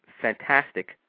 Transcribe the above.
fantastic